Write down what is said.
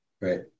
Right